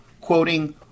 quoting